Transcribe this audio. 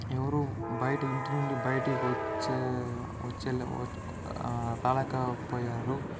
ఎవరు బయటకి ఇంటి నుండి బయటకు వచ్చే వచ్చే రాలేకపోయారు